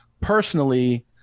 Personally